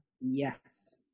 Yes